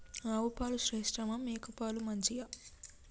ఆవు పాలు శ్రేష్టమా మేక పాలు మంచియా?